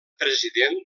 president